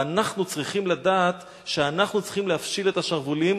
ואנחנו צריכים לדעת שאנחנו צריכים להפשיל את השרוולים